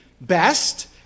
best